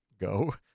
go